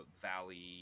valley